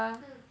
mm